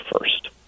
first